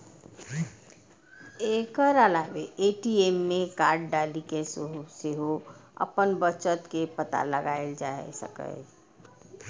एकर अलावे ए.टी.एम मे कार्ड डालि कें सेहो अपन बचत के पता लगाएल जा सकैए